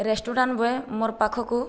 restaurant boy ମୋର ପାଖକୁ